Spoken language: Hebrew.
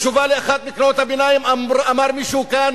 בתשובה על אחת מקריאות הביניים אמר מישהו כאן,